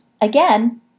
again